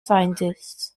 scientists